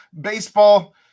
baseball